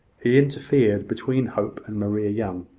he interfered between hope and maria young.